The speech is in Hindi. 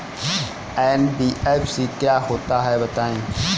एन.बी.एफ.सी क्या होता है बताएँ?